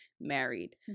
married